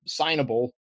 signable